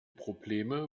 probleme